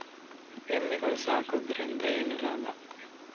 ಎಮ್ಮಿಗಳು ಸಾಕುವುದರಿಂದ ಏನು ಲಾಭ?